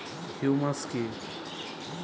Humus কি?